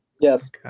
Yes